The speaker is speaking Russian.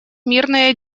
мирные